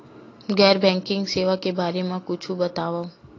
गैर बैंकिंग सेवा के बारे म कुछु बतावव?